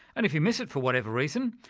and if you miss it for whatever reason,